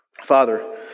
Father